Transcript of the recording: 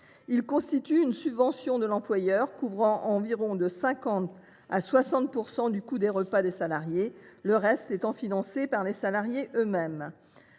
constituent une subvention de l’employeur couvrant de 50 % à 60 % du coût des repas des salariés, le reste étant financé par les salariés eux mêmes.